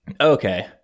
Okay